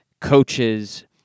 coaches